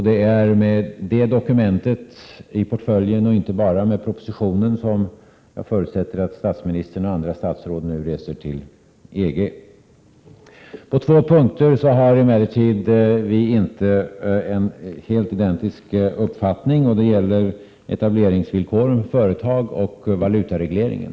Det är med det dokumentet i portföljen och inte bara med propositionen som jag förutsätter att statsministern och andra statsråd nu reser till EG. På två punkter har vi emellertid inte helt identiska uppfattningar. Det gäller etableringsvillkoren för företag och valutaregleringen.